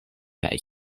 kaj